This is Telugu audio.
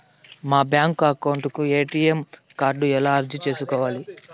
మా బ్యాంకు అకౌంట్ కు ఎ.టి.ఎం కార్డు ఎలా అర్జీ సేసుకోవాలి?